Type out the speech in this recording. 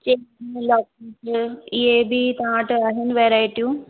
chain locket इहे बि तव्हां वटि आहिनि वेरायटी